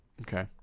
Okay